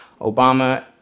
Obama